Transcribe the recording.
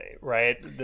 right